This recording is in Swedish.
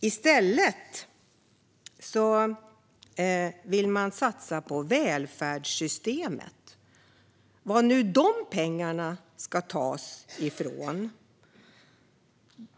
I stället vill man satsa på välfärdssystemet - var nu de pengarna ska tas ifrån.